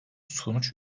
sonuç